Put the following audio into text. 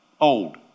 old